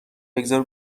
بگذار